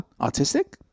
Autistic